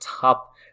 top